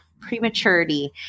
prematurity